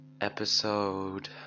episode